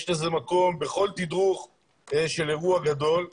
יש לזה מקום בכל תדרוך של אירוע גדול,